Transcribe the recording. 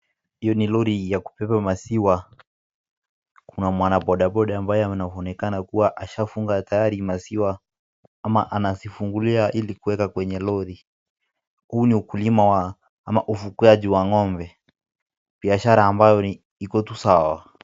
Hiyo ni lori ya kubeba maziwa ,kuna mwana bodaboda ambaye anaonekana kuwa ashafunga tayari maziwa ama anazifungulia ili kuweka kwenye lori. Huu ni ukulima ama ufungaji wa Ng'ombe ,biashara ambayo iko tu sawa.